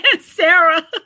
Sarah